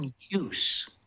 Use